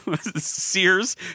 Sears